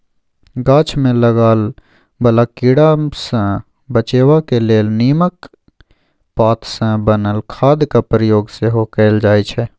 गाछ मे लागय बला कीड़ा सँ बचेबाक लेल नीमक पात सँ बनल खादक प्रयोग सेहो कएल जाइ छै